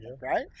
right